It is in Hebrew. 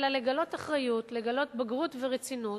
אלא לגלות אחריות, לגלות בגרות ורצינות,